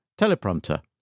teleprompter